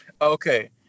Okay